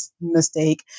mistake